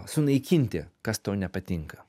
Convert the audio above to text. sunaikinti kas tau nepatinka